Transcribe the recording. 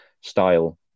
style